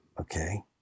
Okay